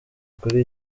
kuri